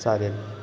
चालेल